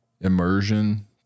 immersion